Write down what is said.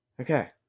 Okay